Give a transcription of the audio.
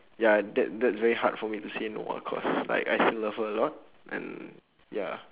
ya that's that's very hard for me to say no ah cause I still love her a lot and ya